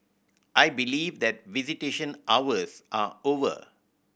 I believe that visitation hours are over